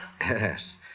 Yes